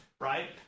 right